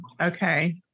Okay